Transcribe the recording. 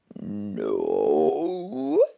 No